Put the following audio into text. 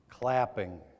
Clapping